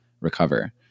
recover